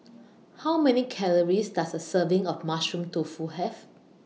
How Many Calories Does A Serving of Mushroom Tofu Have